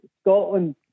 Scotland